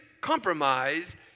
compromise